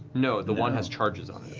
no, the wand has charges on